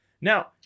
now